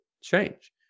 change